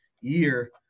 year